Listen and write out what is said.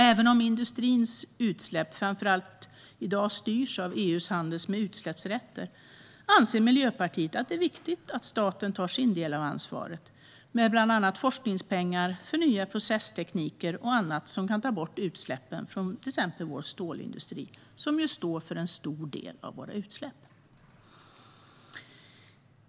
Även om industrins utsläpp i dag framför allt styrs av EU:s handel med utsläppsrätter anser Miljöpartiet att det är viktigt att staten tar sin del av ansvaret, bland annat med forskningspengar till nya processtekniker och annat som kan ta bort utsläppen från till exempel vår stålindustri, som ju står för en stor del av våra utsläpp.